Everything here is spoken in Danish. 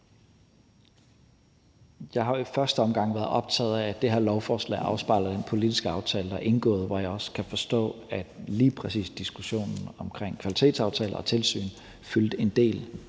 Jeg har i første omgang været optaget af, at det her lovforslag afspejler en politisk aftale, der er indgået, og hvor jeg også kan forstå, at lige præcis diskussionen om kvalitetsaftaler og tilsyn fyldte en del